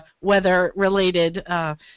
weather-related